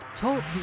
Talk